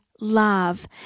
love